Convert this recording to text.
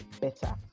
better